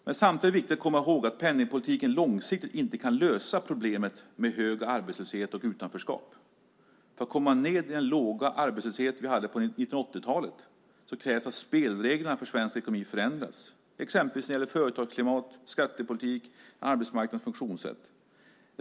Samtidigt är det viktigt att komma ihåg att penningpolitiken långsiktigt inte kan lösa problemet med hög arbetslöshet och utanförskap. För att komma ned till den låga arbetslöshet vi hade på 1980-talet krävs att spelreglerna för svensk ekonomi förändras, exempelvis när det gäller företagsklimat, skattepolitik och arbetsmarknadens funktionssätt.